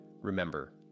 Remember